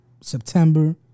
September